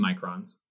microns